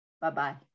Bye-bye